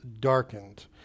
darkened